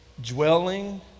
Dwelling